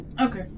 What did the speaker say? Okay